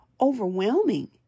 overwhelming